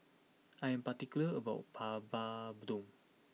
I am particular about Papadum